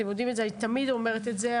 אתם יודעים את זה ואני תמיד אומרת את זה.